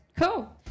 cool